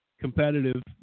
competitive